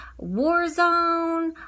Warzone